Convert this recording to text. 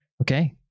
okay